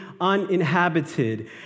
uninhabited